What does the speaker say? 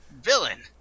Villain